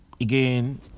again